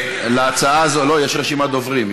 יש רשימת דוברים.